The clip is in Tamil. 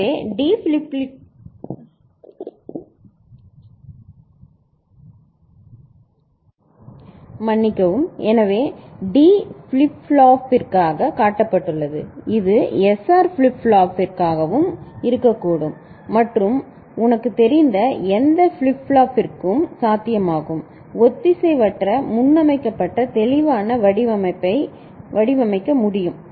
எனவே இது D ஃபிளிப் ஃப்ளாப்பிற்காக காட்டப்பட்டுள்ளது இது S R ஃபிளிப் ஃப்ளாப்பிற்காகவும் இருக்கக்கூடும் மற்றும் உங்களுக்குத் தெரிந்த எந்த ஃபிளிப் ஃப்ளாப்பிற்கும் சாத்தியமாகும் ஒத்திசைவற்ற முன்னமைக்கப்பட்ட தெளிவான வடிவமைப்பை வடிவமைக்க முடியும்